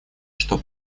что